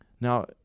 Now